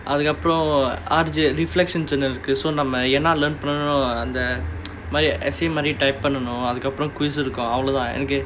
அதுக்கு அப்புறம்:athukku appuram R_J reflection journal இருக்கு என்ன:irukku enna learn பண்ணோமா அந்த மாறி:panomaa antha maari essay மாறி:maari type பண்ணனும் அப்புறம்:pannanum appuram quiz இருக்கும்:irukkum